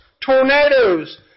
tornadoes